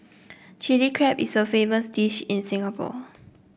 Chilli Crab is a famous dish in Singapore